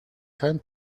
kein